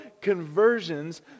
conversions